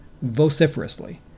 vociferously